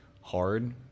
hard